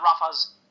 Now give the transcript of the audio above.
Rafa's